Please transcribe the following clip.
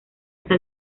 esa